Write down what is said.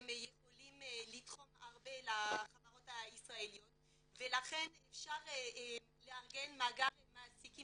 שהם יכולים לתרום הרבה לחברות הישראליות ולכן אפשר לארגן מאגר מעסיקים